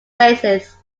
basis